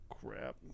crap